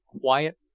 quiet